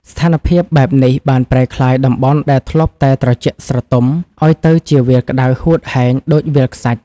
ស្ថានភាពបែបនេះបានប្រែក្លាយតំបន់ដែលធ្លាប់តែត្រជាក់ស្រទុំ ឱ្យទៅជាវាលក្ដៅហួតហែងដូចវាលខ្សាច់។